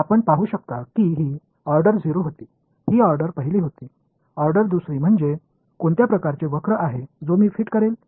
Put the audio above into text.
आपण पाहू शकता की ही ऑर्डर 0 होती ही ऑर्डर 1 होती ऑर्डर 2 म्हणजे कोणत्या प्रकारचे वक्र आहे जो मी फिट करेल